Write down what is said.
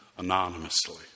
anonymously